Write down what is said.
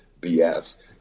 BS